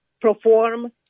perform